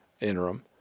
interim